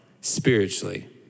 spiritually